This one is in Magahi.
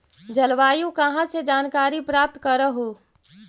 जलवायु कहा से जानकारी प्राप्त करहू?